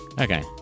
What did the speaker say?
Okay